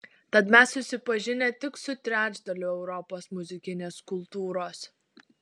tad mes susipažinę tik su trečdaliu europos muzikinės kultūros